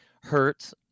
hurts